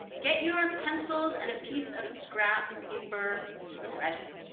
get your pencils and a piece of scrap paper ready